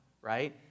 right